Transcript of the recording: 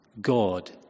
God